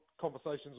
conversations